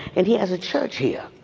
and he has a church here.